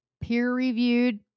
Peer-reviewed